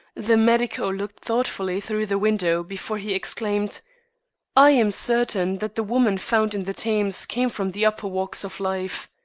the medico looked thoughtfully through the window before he exclaimed i am certain that the woman found in the thames came from the upper walks of life.